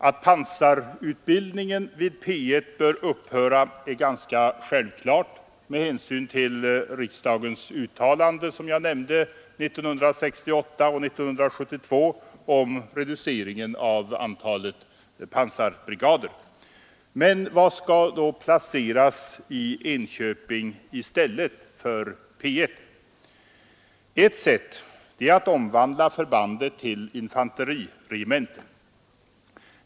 Att pansarutbildningen vid P 1 bör upphöra är ganska självklart med hänsyn till riksdagens uttalanden, som jag nämnde, 1968 och 1972 om reduceringen av antalet pansarbrigader. Men vad skall då placeras i Enköping i stället för P 1? Ett sätt är att omvandla förbandet till infanteriregemente.